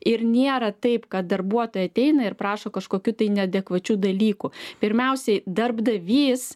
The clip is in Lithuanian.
ir nėra taip kad darbuotojai ateina ir prašo kažkokių tai neadekvačių dalykų pirmiausiai darbdavys